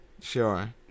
Sure